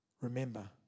Remember